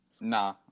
nah